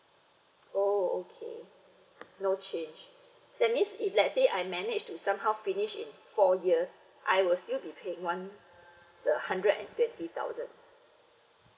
oh okay no change that means if let's say I manage to somehow finish in four years I will still be paying one the hundred and fifty thousand